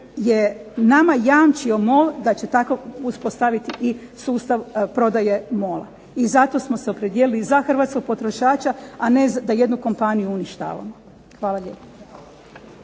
je nama jamčio MOL da će tako uspostaviti i sustav prodaje MOL-a i zato smo se opredijelili za hrvatskog potrošača, a ne da jednu kompaniju uništavamo. Hvala lijepo.